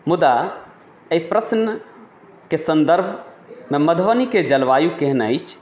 मुदा एहि प्रश्नके सन्दर्भमे मधुबनीके जलवायु केहन अछि